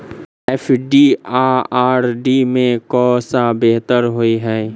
FD आ RD मे केँ सा बेहतर होइ है?